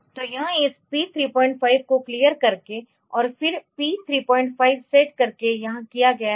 तो यह इस P 35 को क्लियर करके और फिर P 35 सेट करके यहां किया गया है